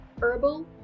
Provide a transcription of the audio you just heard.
herbal